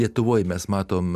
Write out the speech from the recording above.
lietuvoj mes matom